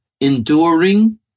enduring